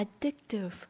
Addictive